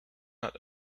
not